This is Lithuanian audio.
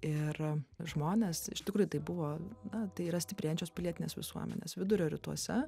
ir žmonės iš tikrųjų tai buvo na tai yra stiprėjančios pilietinės visuomenės vidurio rytuose